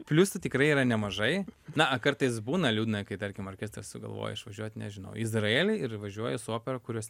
pliusų tikrai yra nemažai na kartais būna liūdna kai tarkim orkestras sugalvoja išvažiuot nežinau į izraelį ir važiuoja su opera kurios